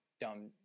dumb